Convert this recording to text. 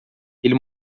ele